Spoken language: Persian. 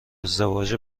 ازدواج